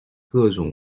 各种